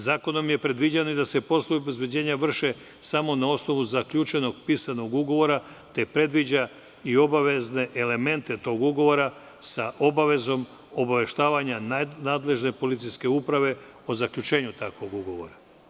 Zakonom je predviđeno i da se poslovi obezbeđenja vrše samo na osnovu zaključenog pisanog ugovora, te predviđa i obavezne elemente tog ugovora sa obavezom obaveštavanja nadležne policijske uprave o zaključenju takvog ugovora.